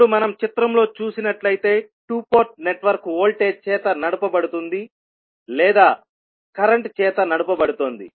ఇప్పుడు మనం చిత్రంలో చూసినట్లయితే 2 పోర్ట్ నెట్వర్క్ వోల్టేజ్ చేత నడుపబడుతోంది లేదా కరెంట్ చేత నడుపబడుతోంది